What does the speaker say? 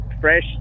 fresh